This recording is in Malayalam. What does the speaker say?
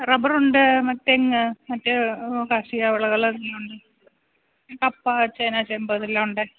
റബ്ബറുണ്ട് മ തെങ്ങ് മറ്റു കാർഷിക വിളകളെല്ലാമുണ്ട് കപ്പ ചേന ചേമ്പ് അതെല്ലാമുണ്ട്